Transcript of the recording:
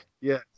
yes